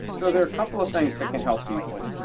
so there are a couple of things that can help people.